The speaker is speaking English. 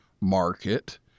market